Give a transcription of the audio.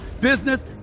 business